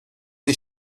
des